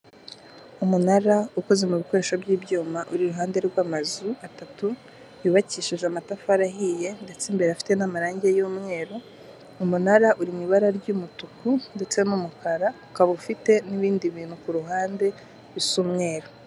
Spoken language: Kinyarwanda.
Umunara ukoze mu bikoresho by'ibyuma uri iruhande rw'amazu atatu yubakishije amatafari ahiye ndetse imbere afite n'amarangi y'umweru, umunara uri mu ibara ry'umutuku ndetse n'umukara ukaba ufite n'ibindi bintu ku ruhande bisa umweru.